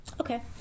Okay